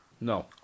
no